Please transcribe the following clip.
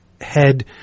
head